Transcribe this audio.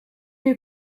you